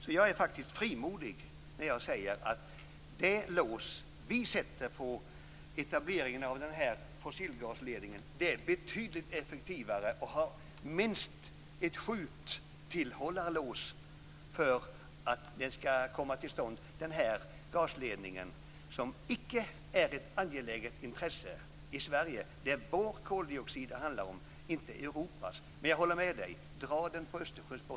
Så jag är faktiskt frimodig när jag säger att det lås som vi sätter på etableringen av denna fossilgasledning är betydligt effektivare och har minst ett sjutillhållarlås för att denna gasledning inte skall komma till stånd, som icke är ett angeläget intresse i Sverige. Det är vår koldioxid det handlar om, inte Europas. Men jag håller med Lennart Värmby om att den kan dras på Östersjöns botten.